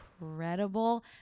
incredible